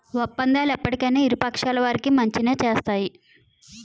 ఒప్పందాలు ఎప్పటికైనా ఇరు పక్షాల వారికి మంచినే చేస్తాయి